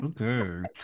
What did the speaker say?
okay